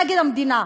נגד המדינה.